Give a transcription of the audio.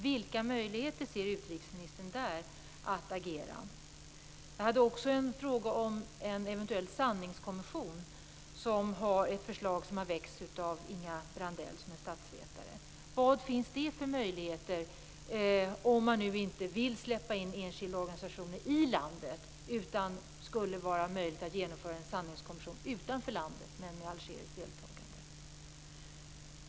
Vilka möjligheter ser utrikesministern att agera där? Jag hade också en fråga om en eventuell sanningskommission - ett förslag som har väckts av Inga Brandell, som är statsvetare. Vad finns det för möjligheter, om man nu inte vill släppa in enskilda organisationer i landet, att genomföra en sanningskommission utanför landet men med algeriskt deltagande?